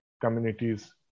communities